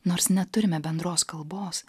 nors neturime bendros kalbos